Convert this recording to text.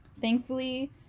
Thankfully